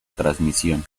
transmisión